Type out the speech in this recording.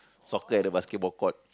soccer at the basketball court